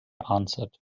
answered